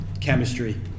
chemistry